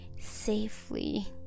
safely